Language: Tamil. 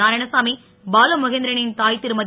நாராயணசாமி பாலுமகேந்திரனின் தாய் திருமதி